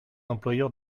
employeurs